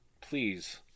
Please